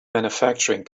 manufacturing